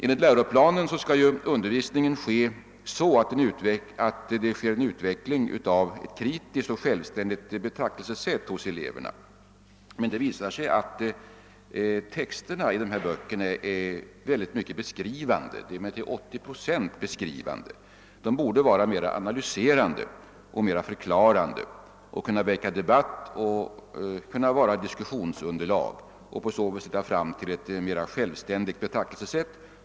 Enligt läroplanen skall undervisningen ske på sådant sätt att elevernas kritiska och självständiga betraktelsesätt skall kunna utvecklas. Det visar sig dock att texterna i dessa böcker är till 80 procent beskri vande; de borde i stället vara mera analyserande och förklarande. De borde kunna väcka debatt och utgöra diskussionsunderlag. På så sätt skulle de kunna hjälpa fram till ett mera självständigt betraktelsesätt.